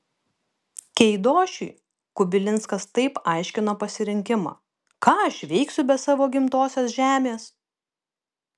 keidošiui kubilinskas taip aiškino pasirinkimą ką aš veiksiu be savo gimtosios žemės